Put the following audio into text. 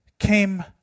came